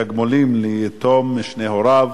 (תגמולים ליתום משני הוריו),